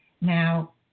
Now